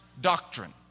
doctrine